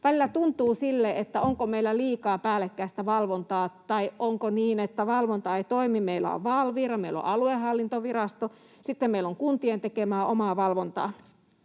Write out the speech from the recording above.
Välillä tuntuu sille, että onko meillä liikaa päällekkäistä valvontaa tai onko niin, että valvonta ei toimi — meillä on Valvira, meillä on aluehallintovirasto, sitten meillä on kuntien tekemää omaa valvontaa.